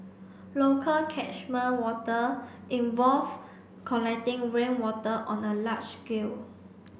local catchment water involve collecting rainwater on a large scale